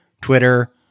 Twitter